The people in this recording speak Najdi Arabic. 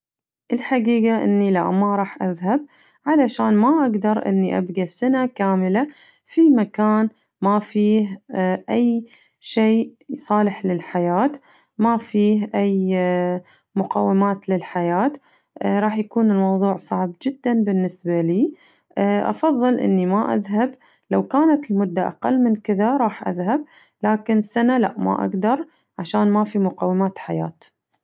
الحقيقة إني لأ ما رح أذهب علشان ما أقدر إني أبقى سنة كاملة في مكان ما فيه أي شيء صالح للحياة ما فيه أي مقومات للحياة رح يكون الموضوع صعب جداً بالنسبة لي أفضل إني ما أذهب لو كانت المدة أقل من كذة راح أذهب لكن سنة لأ ما أقدر عشان ما في مقومات حياة.